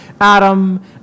Adam